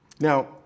Now